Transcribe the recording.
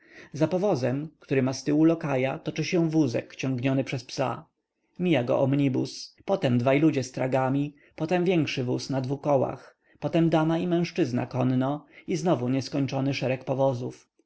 za powozem który ma ztyłu lokaja toczy się wózek ciągniony przez psa mija go omnibus potem dwaj ludzie z tragami potem większy wóz na dwu kołach potem dama i mężczyzna konno i znowu nieskończony szereg powozów